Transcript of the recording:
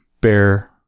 bear